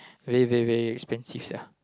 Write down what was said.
very very very expensive siah